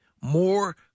more